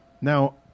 now